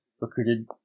Recruited